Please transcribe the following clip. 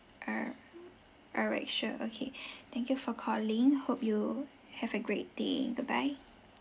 err all right sure okay thank you for calling hope you have a great day goodbye